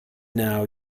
now